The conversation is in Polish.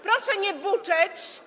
Proszę nie buczeć.